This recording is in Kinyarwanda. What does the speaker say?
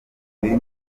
biri